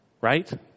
Right